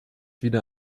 wieder